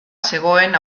zegoen